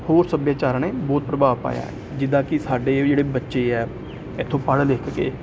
ਹੋਰ ਸੱਭਿਆਚਾਰਾਂ ਨੇ ਬਹੁਤ ਪ੍ਰਭਾਵ ਪਾਇਆ ਜਿੱਦਾਂ ਕਿ ਸਾਡੇ ਜਿਹੜੇ ਬੱਚੇ ਹੈ ਇੱਥੋਂ ਪੜ੍ਹ ਲਿਖ ਕੇ